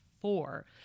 four